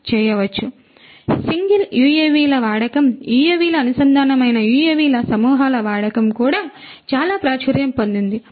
కాబట్టి సింగిల్ యుఎవిల వాడకం యుఎవిల అనుసంధానమైన యుఎవిల సమూహాల వాడకం కూడా చాలా ప్రాచుర్యం పొందింది